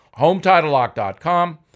hometitlelock.com